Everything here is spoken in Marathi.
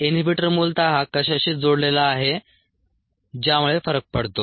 इनहिबिटर मूलत कशाशी जोडलेला आहे ज्यामुळे फरक पडतो